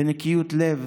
בנקיות לב.